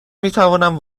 میتوانم